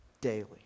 daily